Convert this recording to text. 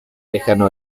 lejano